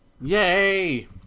Yay